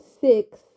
six